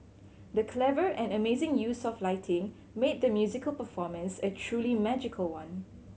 the clever and amazing use of lighting made the musical performance a truly magical one